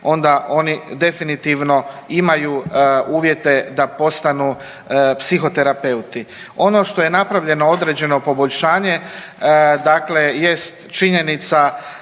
onda oni definitivno imaju uvjete da postanu psihoterapeuti. Ono što je napravljeno određeno poboljšanje jest činjenica